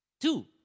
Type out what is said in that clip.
Two